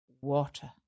water